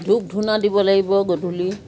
ধূপ ধূনা দিব লাগিব গধূলি